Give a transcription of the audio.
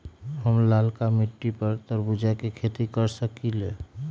हम लालका मिट्टी पर तरबूज के खेती कर सकीले?